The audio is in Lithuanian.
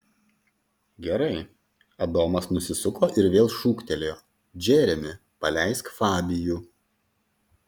gerai adomas nusisuko ir vėl šūktelėjo džeremi paleisk fabijų